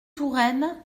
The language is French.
touraine